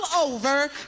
over